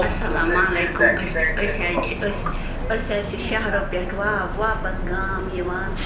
اَسَلامُ علیکُم أسۍ أسۍ حظ چھِ أسۍ أسۍ حظ چھِ شَہرو پٮ۪ٹھ واو واپَس گام یِوان